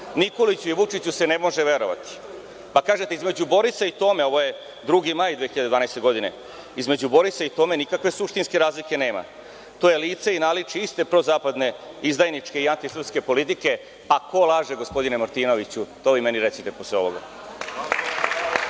Nikoliću i Vučiću se ne može verovati. Pa kažete – između Borisa i Tome, ovo je 2. maj 2012. godine, između Borisa i Tome nikakve suštinske razlike nema. To je lice i naličje iste prozapadne izdajničke i antisrpske politike. Pa ko laže gospodine Martinoviću, to vi meni recite posle ovoga?